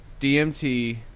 dmt